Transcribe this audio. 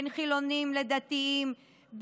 בין חילונים לדתיים,